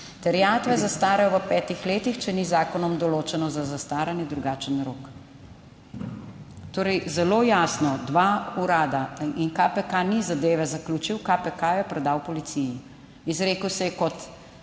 "Terjatve zastarajo v petih letih, če ni z zakonom določeno za zastaranje drugačen rok." Torej zelo jasno, dva urada in KPK, ni zadeve zaključil, KPK je predal policiji, izrekel se je kot